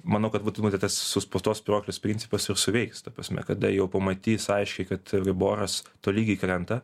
manau kad būtų matyt tas suspaustos spyruoklės principas ir suveiks ta prasme kada jau pamatys aiškiai kad euriboras tolygiai krenta